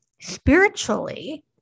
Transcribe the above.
Spiritually